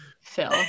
phil